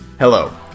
Hello